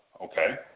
Okay